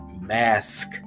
mask